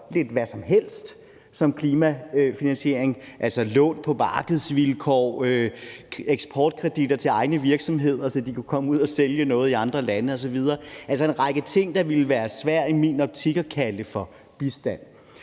hvad som helst som klimafinansiering, altså lån på markedsvilkår, eksportkreditter til egne virksomheder, så de kan komme ud og sælge noget i andre lande osv., altså en række ting, der i min optik ville være svære at kalde for bistand.